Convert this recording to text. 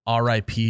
RIP